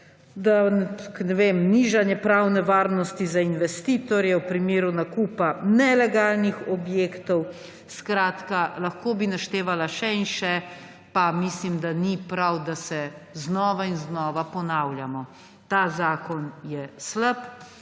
nižanje pravne varnosti za investitorje v primeru nakupa nelegalnih objektov. Skratka, lahko bi naštevala še in še, pa mislim, da ni prav, da se znova in znova ponavljamo. Ta zakon je slab.